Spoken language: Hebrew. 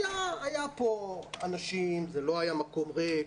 היו פה אנשים, ולא היה מקום ריק.